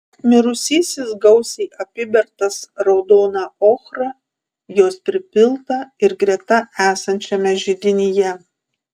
mirusysis gausiai apibertas raudona ochra jos pripilta ir greta esančiame židinyje